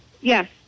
Yes